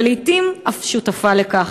ולעתים אף שותפה להן.